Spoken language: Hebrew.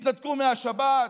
התנתקו מהשבת,